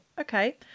Okay